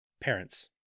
Parents